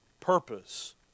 Purpose